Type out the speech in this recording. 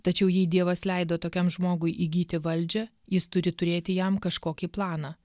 tačiau jei dievas leido tokiam žmogui įgyti valdžią jis turi turėti jam kažkokį planą